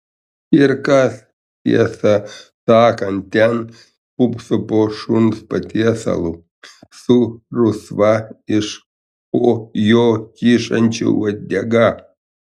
ir kas tiesą sakant ten pūpso po šuns patiesalu su rusva iš po jo kyšančia uodega